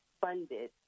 funded